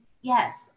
yes